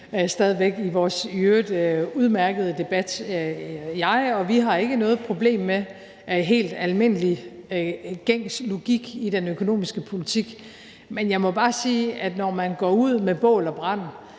vores i øvrigt udmærkede debat. Jeg og vi har ikke noget problem med helt almindelig, gængs logik i den økonomiske politik, men jeg må bare sige, at når man går ud med bål og brand